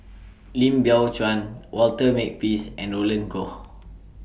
Lim Biow Chuan Walter Makepeace and Roland Goh